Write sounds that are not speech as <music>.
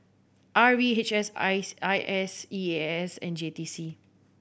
R V H S <unintelligible> I S E A S and J T C